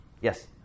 Yes